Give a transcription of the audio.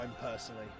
personally